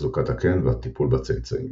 תחזוקת הקן והטיפול בצאצאים.